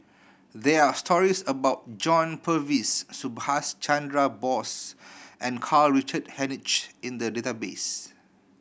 there are stories about John Purvis Subhas Chandra Bose and Karl Richard Hanitsch in the database